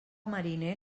mariner